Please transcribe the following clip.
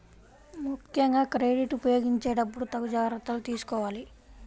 ముక్కెంగా క్రెడిట్ ఉపయోగించేటప్పుడు తగు జాగర్తలు తీసుకోవాలి